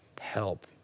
help